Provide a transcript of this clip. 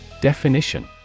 Definition